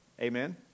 Amen